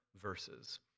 verses